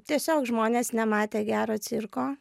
tiesiog žmonės nematė gero cirko